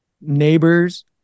neighbors